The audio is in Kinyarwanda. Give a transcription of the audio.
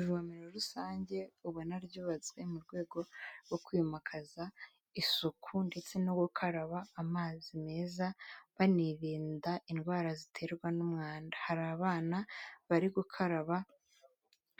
Ivomero rusange ubona ryubatse mu rwego rwo kwimakaza isuku ndetse no gukaraba amazi meza banirinda indwara ziterwa n'umwanda, hari abana bari gukaraba